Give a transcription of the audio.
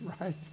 right